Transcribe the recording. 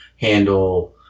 handle